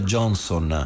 Johnson